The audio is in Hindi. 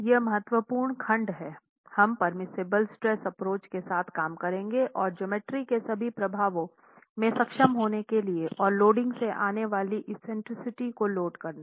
अब यह महत्वपूर्ण खंड है हम परमिसिबल स्ट्रेस एप्रोच के साथ काम करेंगे और ज्योमेट्री के सभी प्रभावों में सक्षम होने के लिए और लोडिंग से आने वाली एक्सेंट्रिसिटी को लोड करना